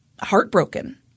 heartbroken